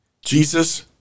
Jesus